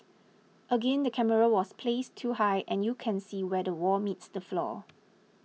again the camera was placed too high and you can see where the wall meets the floor